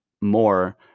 more